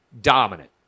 dominant